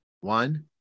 one